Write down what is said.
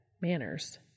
manners